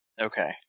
Okay